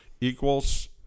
Equals